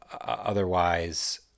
otherwise